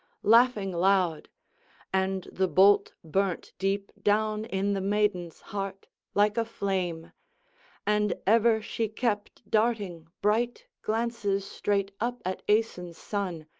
laughing loud and the bolt burnt deep down in the maiden's heart like a flame and ever she kept darting bright glances straight up at aeson's son,